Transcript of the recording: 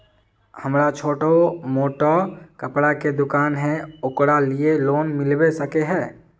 हमरा छोटो मोटा कपड़ा के दुकान है ओकरा लिए लोन मिलबे सके है?